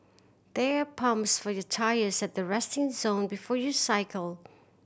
there pumps for your tyres at the resting zone before you cycle